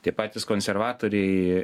tie patys konservatoriai